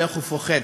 הולך ופוחת.